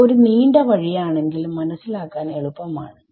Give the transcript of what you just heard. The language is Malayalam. ഇത് ഒരു നീണ്ടവഴി യാണെങ്കിലും മനസ്സിലാക്കാൻ എളുപ്പമാണ്